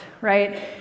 right